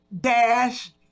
dash